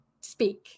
speak